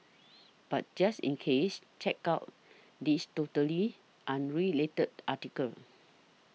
but just in case check out this totally unrelated article